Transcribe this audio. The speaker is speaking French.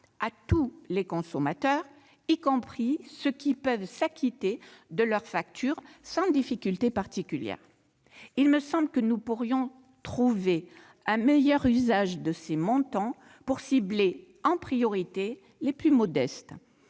à tous les consommateurs, y compris ceux qui peuvent s'acquitter de leur facture sans difficulté particulière. Il me semble que nous pourrions trouver un meilleur usage de ces montants pour cibler, en priorité, les plus modestes.